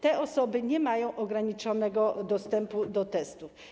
Te osoby nie mają ograniczonego dostępu do testów.